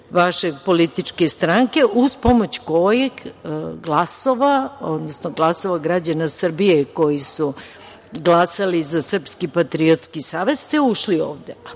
vaše političke stranke uz pomoć kojih glasova, odnosno glasova građana Srbije koji su glasali za Srpski patriotski savez ste ušli ove.